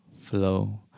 flow